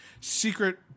secret